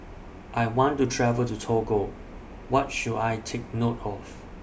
I want to travel to Togo What should I Take note of